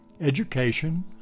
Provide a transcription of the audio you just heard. education